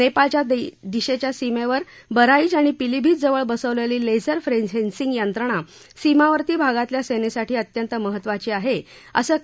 नेपाळच्या दिशेच्या सीमेवर ब हाईच आणि पीलीभीत जवळ बसवलेली लेझर फेन्सिंग यंत्रणा सीमावर्ती भागातल्या सेनेसाठी अत्यंत महत्त्वाची आहे असं के